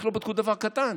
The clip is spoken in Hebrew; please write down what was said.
רק לא בדקו דבר קטן: